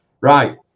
right